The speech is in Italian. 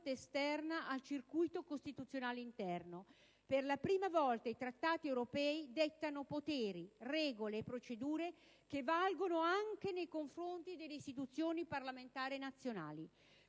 esterna al circuito costituzionale interno. Per la prima volta i Trattati europei dettano poteri, regole e procedure che valgono anche nei confronti delle istituzioni parlamentari nazionali.